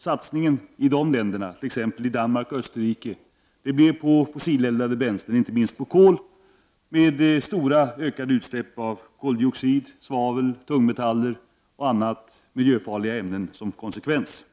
Satsningen i de länderna, t.ex. i Danmark och Österrike, gjordes på fossileldade bränslen, inte minst på kol, med stora ökade utsläpp av koldioxid, svavel, tungmetaller och andra miljöfarliga ämnen som konsekvens.